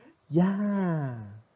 ya